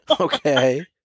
Okay